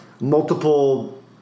multiple